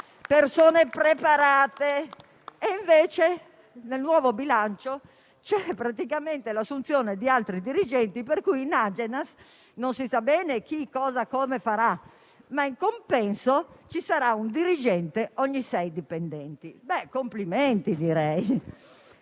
lavorano lì da anni, mentre nel nuovo bilancio è prevista praticamente l'assunzione di altri dirigenti, per cui in Agenas non si sa bene chi, cosa e come farà, ma in compenso ci sarà un dirigente ogni sei dipendenti. Complimenti, direi.